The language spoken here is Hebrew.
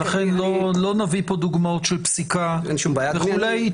ולכן לא נביא פה דוגמאות של פסיקה וכולי.